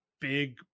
big